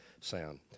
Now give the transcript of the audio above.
sound